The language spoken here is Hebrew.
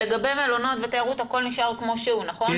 לגבי מלונות ותיירות הכול נשאר כמו שהוא, נכון?